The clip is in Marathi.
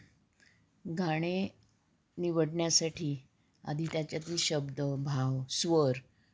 गाणे निवडण्यासाठी आधी त्याच्यातली शब्द भाव स्वर